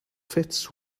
fits